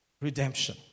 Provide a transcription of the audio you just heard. Redemption